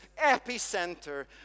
epicenter